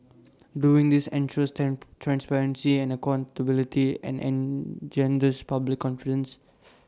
doing this ensures transparency and accountability and engenders public confidence